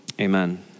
Amen